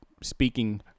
speaking